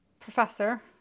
Professor